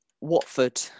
Watford